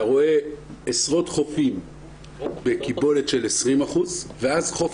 אתה רואה עשרות חופים בקיבולת של 20% ואז חוף